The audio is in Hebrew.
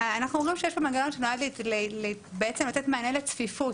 אנחנו אומרים שיש פה מנגנון שנועד לתת מענה לצפיפות.